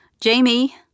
Jamie